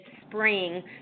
spring